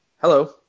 Hello